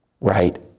right